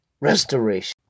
Restoration